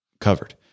covered